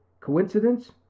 Coincidence